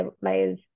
layers